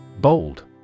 Bold